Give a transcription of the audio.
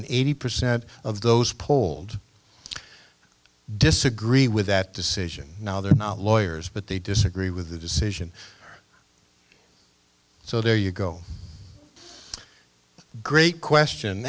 and eighty percent of those polled disagree with that decision now they're not lawyers but they disagree with the decision so there you go great question